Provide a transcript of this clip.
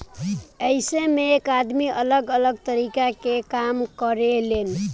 एइमें एक आदमी अलग अलग तरीका के काम करें लेन